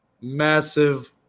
massive